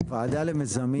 הוועדה למיזמים.